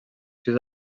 suís